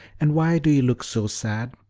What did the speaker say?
and why do you look so sad?